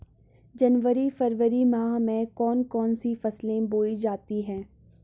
जनवरी फरवरी माह में कौन कौन सी फसलें बोई जाती हैं?